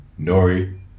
Nori